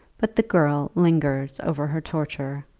but the girl lingers over her torture.